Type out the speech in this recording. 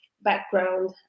background